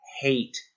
hate